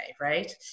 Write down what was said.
right